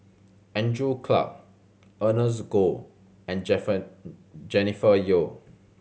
Andrew Clarke Ernest Goh and Jennifer Yeo